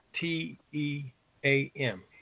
T-E-A-M